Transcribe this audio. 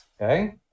Okay